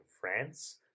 France